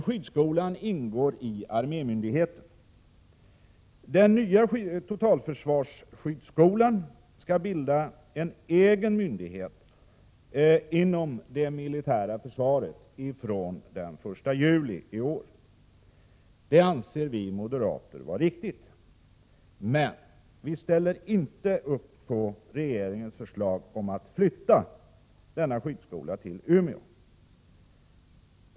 Skyddsskolan ingår i armémyndigheten. Den nya totalförsvarsskyddsskolan skall bilda en egen myndighet inom det militära försvaret från den 1 juli i år. Det anser vi moderater vara riktigt, men vi ställer alltså inte upp på regeringens förslag om att flytta denna skola till Umeå.